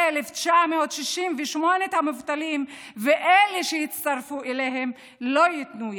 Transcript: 1,141,968 המובטלים ואלה שיצטרפו אליהם לא ייתנו יד,